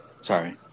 Sorry